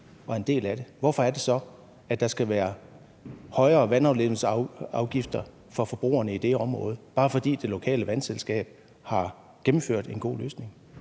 Hvorfor er det så, at der skal være højere vandafledningsafgifter for forbrugerne i det område, bare fordi det lokale vandselskab har gennemført en god løsning?